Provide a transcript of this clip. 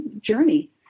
journey